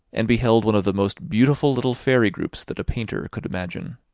and beheld one of the most beautiful little fairy groups that a painter could imagine.